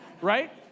right